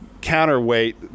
counterweight